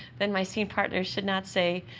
then my scene partner should not say,